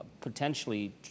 potentially